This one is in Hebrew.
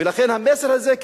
ולכן המסר הזה,